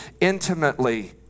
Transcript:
intimately